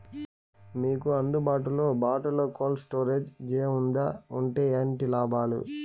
మీకు అందుబాటులో బాటులో కోల్డ్ స్టోరేజ్ జే వుందా వుంటే ఏంటి లాభాలు?